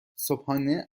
صبحانه